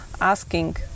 asking